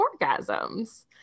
orgasms